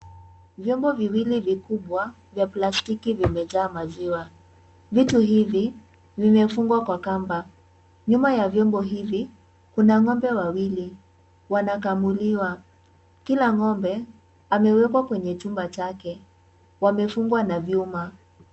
Vyombo viwili vikubwa vya plastiki vimejaa maziwa. Vitu hivi vimefungwa kwa kamba. Nyuma ya vyombo hivi kuna ng'ombe wawili wanakamuliwa. Kila ng'ombe amewekwa kwenye chumba chake. Wamefungwa na vyuma.